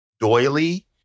doily